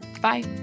bye